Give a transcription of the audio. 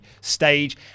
stage